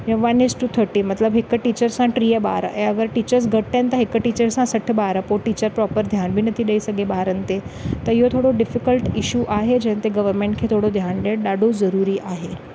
ईअं one is two thirty मतिलबु हिकु टीचर सां टीह ॿार ऐं अगरि टीचर्स घटि आहिनि त हिकु टीचर सां सठि ॿार पोइ टीचर प्रोपर ध्यान बि नथी ॾिए सघे ॿारनि ते त इहो थोरो डिफीकल्ट इशू आहे जंहिं ते गवरमेंट खे थोरो ध्यानु ॾियनि ॾाढो ज़रूरी आहे